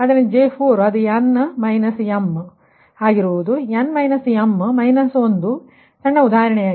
ಆದ್ದರಿಂದ J4 ಅದು n m ಆಗಿರುತ್ತದೆ ಇದು n m 1 ಸಣ್ಣ ಉದಾಹರಣೆಯಾಗಿದೆ